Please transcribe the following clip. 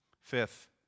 Fifth